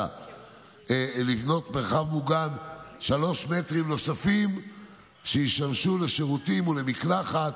לבנות במרחב מוגן שלושה מטרים נוספים שישמשו לשירותים ולמקלחת.